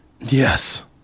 Yes